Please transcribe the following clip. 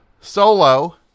solo